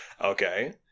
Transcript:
Okay